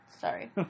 Sorry